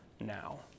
now